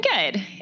good